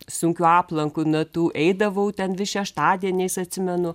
sunkiu aplanku natų eidavau ten vis šeštadieniais atsimenu